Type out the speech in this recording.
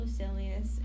Lucilius